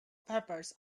peppers